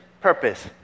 Purpose